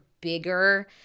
bigger